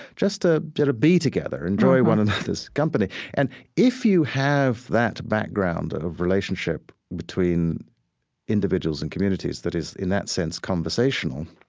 just ah to be together, enjoy one another's company and if you have that background of relationship between individuals and communities that is in that sense conversational,